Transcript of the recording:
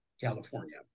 California